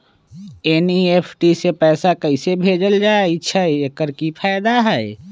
NEFT से पैसा कैसे भेजल जाइछइ? एकर की फायदा हई?